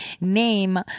name